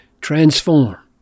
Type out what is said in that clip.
transform